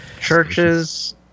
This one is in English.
churches